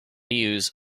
use